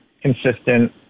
consistent